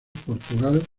portugal